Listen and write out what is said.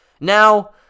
Now